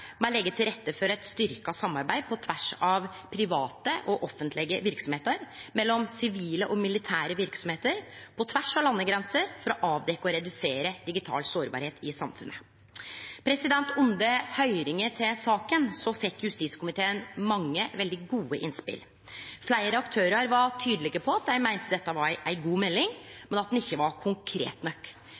med å leggje til rette for eit styrkt samarbeid på tvers av private og offentlege verksemder, mellom sivile og militære verksemder, på tvers av landegrenser, for å avdekkje og redusere digital sårbarheit i samfunnet. Under høyringa til saka fekk justiskomiteen mange veldig gode innspel. Fleire aktørar var tydelege på at dei meinte at dette var ei god melding, men at ho ikkje var konkret